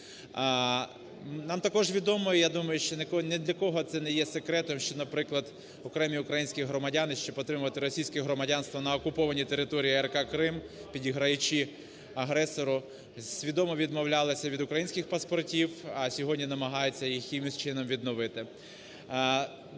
Нам також відомо, я думаю, що ні для кого це не є секретом, що, наприклад, окремі українські громадяни, щоб отримати російське громадянство на окупованій території АРК Крим, підіграючи агресору, свідомо відмовлялися від українських паспортів, а сьогодні намагаються їх якимось чином відновити.